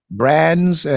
brands